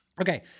Okay